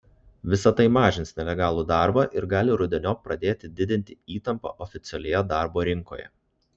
visa tai mažins nelegalų darbą ir gali rudeniop pradėti didinti įtampą oficialioje darbo rinkoje